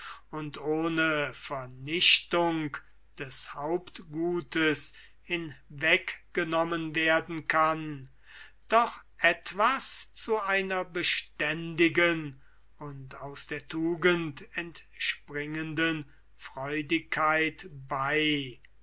und ohne vernichtung des hauptgutes hinweggenommen werden kann doch etwas zu einer beständigen und aus der tugend entspringenden freudigkeit bei